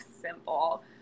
simple